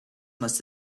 must